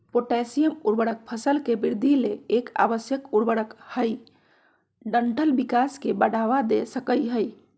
potassium उर्वरक फसल के वृद्धि ले एक आवश्यक उर्वरक हई डंठल विकास के बढ़ावा दे सकई हई